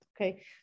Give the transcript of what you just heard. Okay